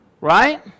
Right